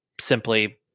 simply